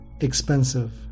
expensive